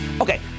Okay